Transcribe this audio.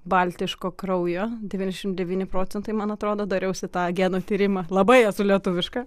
baltiško kraujo devyniasdešim devyni procentai man atrodo dariausi tą genų tyrimą labai esu lietuviška